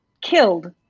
killed